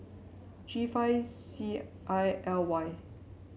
G five C I L Y